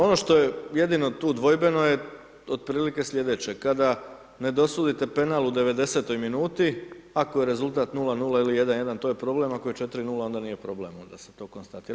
Ono što je jedino tu dvojbeno je otprilike sljedeće, kada ne dosudite penal u 90-oj minuti ako je rezultat 0:0, ili 1:1, to je problem, ako je 4:0 onda nije problem, onda se to konstatira.